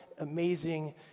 amazing